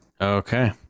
Okay